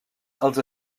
als